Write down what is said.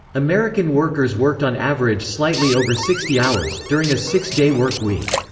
american workers worked on average slightly over sixty hours, during a six-day work week.